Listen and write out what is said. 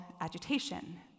agitation